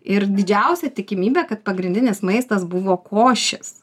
ir didžiausia tikimybė kad pagrindinis maistas buvo košės